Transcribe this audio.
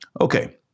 Okay